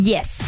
Yes